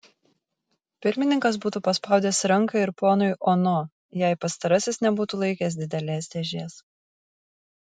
pirmininkas būtų paspaudęs ranką ir ponui ono jei pastarasis nebūtų laikęs didelės dėžės